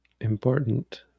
important